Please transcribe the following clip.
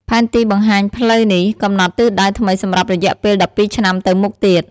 ផែនទីបង្ហាញផ្លូវនេះកំណត់ទិសដៅថ្មីសម្រាប់រយៈពេល១២ឆ្នាំទៅមុខទៀត។